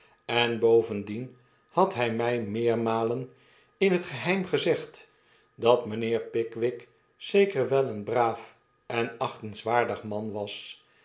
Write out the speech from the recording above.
en bovendien had hij my meermalen in het geheim gezegd dat mynheer pickwick zeker wel een braaf enachtenswaardig man was